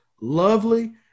lovely